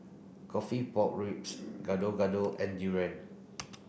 coffee pork ribs Gado Gado and durian